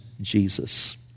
Jesus